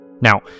Now